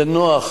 זה נוח